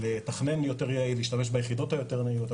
לתכנן יותר יעיל, להשתמש ביחידות היותר יעילות.